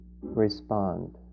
respond